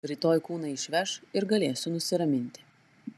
rytoj kūną išveš ir galėsiu nusiraminti